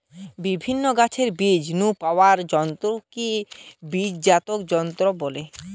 বিভিন্ন গাছের বীজ নু পাওয়া তন্তুকে বীজজাত তন্তু কয়